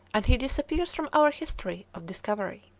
and he disappears from our history of discovery.